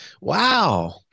Wow